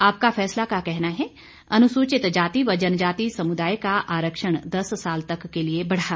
आपका फैसला का कहना है अनुसूचित जाति व जनजाति समुदाय का आरक्षण दस साल तक के लिए बढा